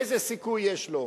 איזה סיכוי יש להם.